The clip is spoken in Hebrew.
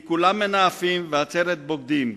כי כלם מנאפים ועצרת בוגדים,